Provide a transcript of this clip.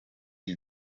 you